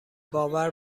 باور